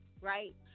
right